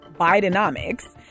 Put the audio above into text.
Bidenomics